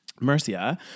Mercia